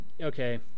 okay